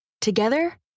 Together